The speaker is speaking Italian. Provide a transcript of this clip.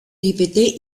ripeté